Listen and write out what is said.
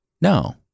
No